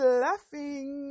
laughing